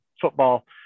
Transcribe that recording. football